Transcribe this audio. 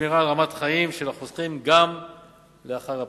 ושמירה על רמת החיים של החוסכים גם לאחר הפרישה.